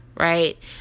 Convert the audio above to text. Right